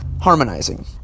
harmonizing